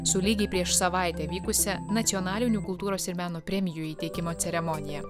su lygiai prieš savaitę vykusia nacionalinių kultūros ir meno premijų įteikimo ceremonija